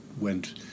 went